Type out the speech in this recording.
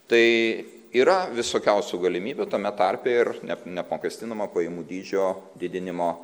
tai yra visokiausių galimybių tame tarpe ir nep neapmokestinamo pajamų dydžio didinimo